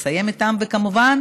וכמובן